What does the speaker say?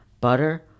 Butter